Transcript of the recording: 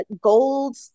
gold